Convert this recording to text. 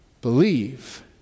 believe